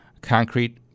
concrete